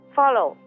follow